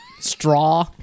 straw